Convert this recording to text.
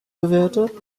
bewertet